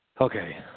Okay